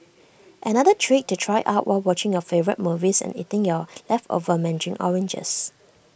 another trick to try out while watching your favourite movies and eating your leftover Mandarin oranges